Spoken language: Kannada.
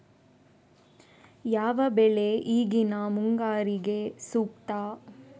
ಯಾವ ಬೆಳೆ ಈಗಿನ ಮುಂಗಾರಿಗೆ ಸೂಕ್ತ?